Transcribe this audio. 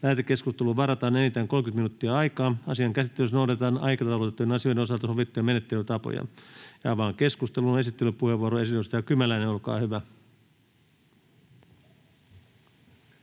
Lähetekeskusteluun varataan enintään 30 minuuttia aikaa. Asian käsittelyssä noudatetaan aikataulutettujen asioiden osalta sovittuja menettelytapoja. — Avaan keskustelun. Esittelypuheenvuoro, edustaja Kymäläinen, olkaa hyvä.